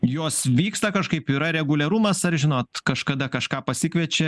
jos vyksta kažkaip yra reguliarumas ar žinot kažkada kažką pasikviečia